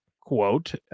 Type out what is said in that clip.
quote